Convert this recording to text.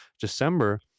December